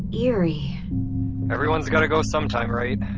eerie everyone's gotta go sometime, right?